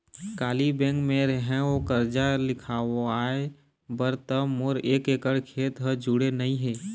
काली bank गे रेहेव करजा लिखवाय बर त मोर एक एकड़ खेत ह जुड़े नइ हे